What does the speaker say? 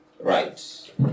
Right